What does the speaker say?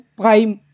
prime